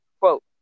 quote